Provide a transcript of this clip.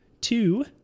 two